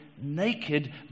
Naked